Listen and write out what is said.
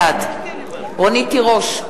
בעד רונית תירוש,